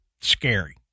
scary